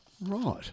Right